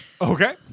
okay